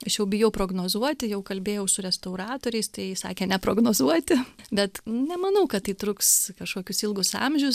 aš jau bijau prognozuoti jau kalbėjau su restauratoriais tai sakė neprognozuoti bet nemanau kad tai truks kažkokius ilgus amžius